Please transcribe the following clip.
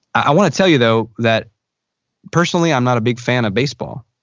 i want to tell you though that personally i'm not a big fan of baseball.